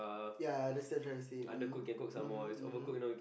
yeah I understand what you are tyring to say mm mmhmm mmhmm